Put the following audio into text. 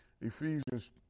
Ephesians